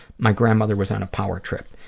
my grandmother was on a power trip.